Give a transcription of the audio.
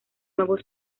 nuevos